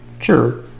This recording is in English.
Sure